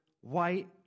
white